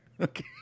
Okay